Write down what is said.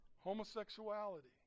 homosexuality